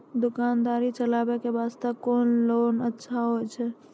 दुकान दौरी चलाबे के बास्ते कुन लोन अच्छा होय छै?